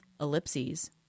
Ellipses